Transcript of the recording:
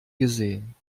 gesehen